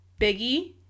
Biggie